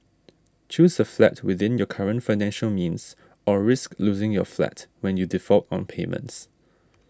choose a flat within your current financial means or risk losing your flat when you default on payments